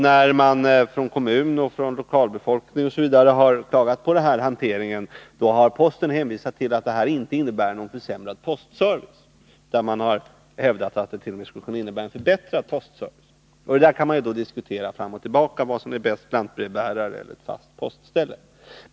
När man från kommunens och lokalbefolkningens sida klagat över hanteringen av detta ärende har posten hänvisat till att detta inte innebär någon försämrad postservice; posten hart.o.m. hävdat att det kan innebära en förbättrad postservice. Vi kan diskutera fram och tillbaka vilket som är bäst — lantbrevbärare eller ett fast postställe.